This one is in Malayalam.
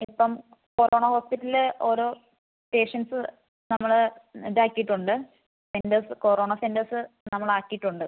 ഇപ്പം കൊറോണ ഹോസ്പിറ്റലില് ഓരോ പേഷ്യൻസ് നമ്മൾ ഇതാക്കിയിട്ടുണ്ട് സെൻറ്റേഴ്സ് കൊറോണ സെൻറ്റേഴ്സ് നമ്മൾ ആക്കിയിട്ടുണ്ട്